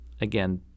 again